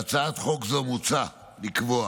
בהצעת חוק זו מוצע לקבוע